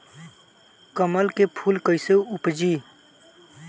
कमल के फूल कईसे उपजी?